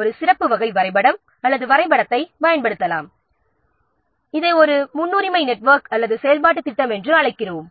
ஒரு சிறப்பு வகை டயாகிராம் அல்லது கிராஃபை பயன்படுத்தலாம் இதை ஒரு முன்னுரிமை நெட்வொர்க் அல்லது செயல்பாட்டுத் திட்டம் என்று அழைக்கிறோம்